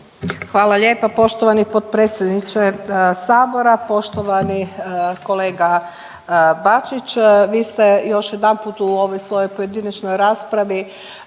Hvala lijepa poštovani potpredsjedniče Sabora, poštovani kolega Bačić. Vi ste još jedanput u ovoj svojoj pojedinačnoj raspravi